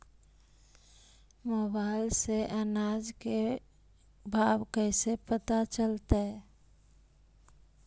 Mobile से अनाज के भाव कैसे पता चलतै?